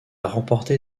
remporté